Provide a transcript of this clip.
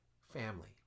family